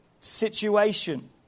situation